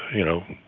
you know,